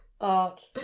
Art